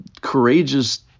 courageous